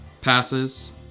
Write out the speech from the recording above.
passes